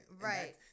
right